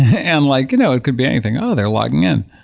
and like you know it could be anything. oh, they're logging in.